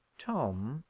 tom,